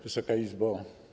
Wysoka Izbo!